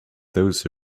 those